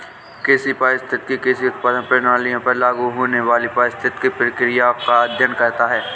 कृषि पारिस्थितिकी कृषि उत्पादन प्रणालियों पर लागू होने वाली पारिस्थितिक प्रक्रियाओं का अध्ययन करता है